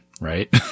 Right